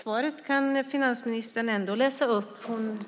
Fru talman!